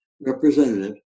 representative